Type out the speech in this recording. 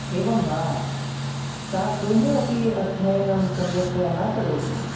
एवं वा सा गृहे अपि अध्ययनं सम्यक्तया न करोति